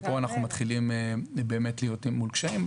ופה אנחנו מתחילים באמת להיות מול קשיים.